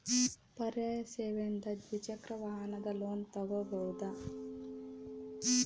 ಪರ್ಯಾಯ ಸೇವೆಯಿಂದ ದ್ವಿಚಕ್ರ ವಾಹನದ ಲೋನ್ ತಗೋಬಹುದಾ?